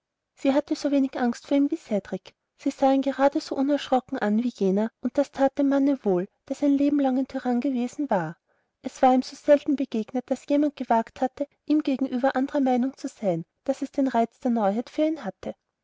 sie hatte so wenig angst vor ihm wie cedrik sie sah ihn gerade so unerschrocken an wie jener und das that dem manne wohl der sein lebenlang ein tyrann gewesen war es war ihm so selten begegnet daß jemand gewagt hatte ihm gegenüber andrer meinung zu sein daß es den reiz der neuheit für ihn hatte